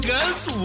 girl's